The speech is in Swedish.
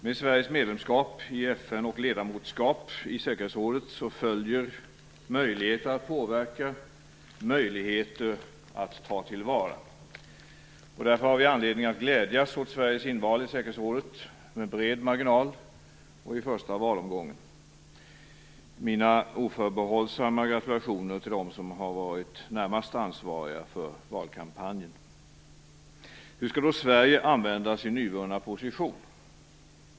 Med Sveriges medlemskap i FN och ledamotskap i säkerhetsrådet följer möjligheter att påverka och möjligheter att ta till vara. Därför har vi anledning att glädjas åt att Sverige har valts in i säkerhetsrådet med bred marginal och i första valomgången. Jag vill rikta mina oförbehållsamma gratulationer till dem som har varit närmast ansvariga för valkampanjen. Hur skall då Sverige använda sin nuvunna position?